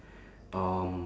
um